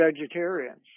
vegetarians